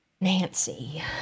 Nancy